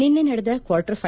ನಿನ್ನೆ ನಡೆದ ಕ್ವಾರ್ಟರ್ ಫಿ